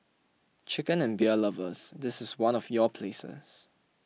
chicken and beer lovers this is one of your places